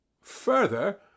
Further